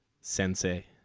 sensei